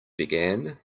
began